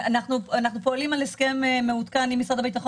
אנחנו פועלים על הסכם מעודכן עם משרד הביטחון